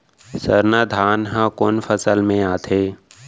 सरना धान ह कोन फसल में आथे?